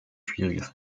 schwieriges